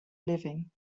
living